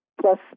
Plus